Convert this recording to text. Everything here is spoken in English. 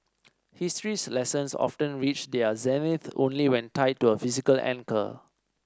history's lessons often reach their zenith only when tied to a physical anchor